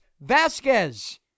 Vasquez